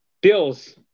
Bills